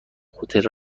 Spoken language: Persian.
هتل